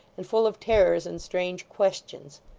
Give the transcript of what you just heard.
and full of terrors and strange questions.